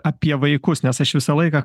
apie vaikus nes aš visą laiką